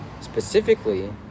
specifically